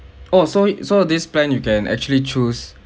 oh so so this plan you can actually choose